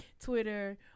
Twitter